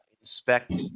inspect